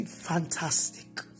fantastic